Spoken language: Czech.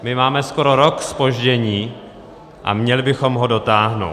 My máme skoro rok zpoždění a měli bychom ho dotáhnout.